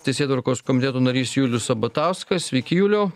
teisėtvarkos komiteto narys julius sabatauskas sveiki juliau